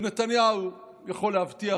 ונתניהו יכול להבטיח,